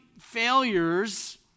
failures